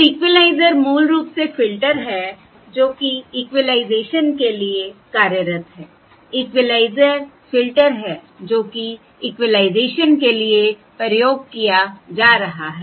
तो इक्विलाइजर मूल रूप से फ़िल्टर है जो कि इक्विलाइजेशन के लिए कार्यरत है इक्विलाइजर फ़िल्टर है जो कि इक्विलाइजेशन के लिए प्रयोग किया जा रहा है